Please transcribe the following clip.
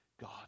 God